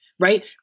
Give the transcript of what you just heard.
Right